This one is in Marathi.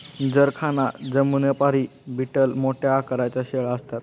जरखाना जमुनापरी बीटल मोठ्या आकाराच्या शेळ्या असतात